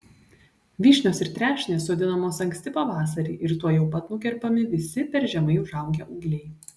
vyšnios ir trešnės sodinamos anksti pavasarį ir tuojau pat nukerpami visi per žemai užaugę ūgliai